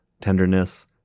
tenderness